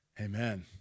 Amen